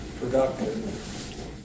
productive